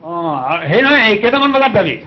হেৰি নহয় কেইটামান বজাত যাবি